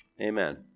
Amen